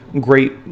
great